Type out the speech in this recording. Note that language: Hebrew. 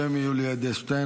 אני, בשם יולי אדלשטיין.